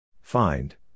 Find